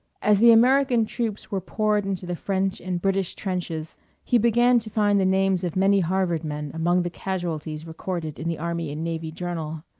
as the american troops were poured into the french and british trenches he began to find the names of many harvard men among the casualties recorded in the army and navy journal.